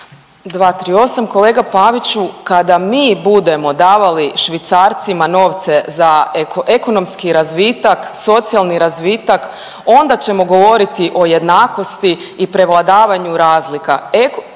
238. Kolega Paviću, kada mi budemo davali Švicarcima novce za ekonomski razvitak, socijalni razvitak, onda ćemo govoriti o jednakosti i prevladavanju razlika.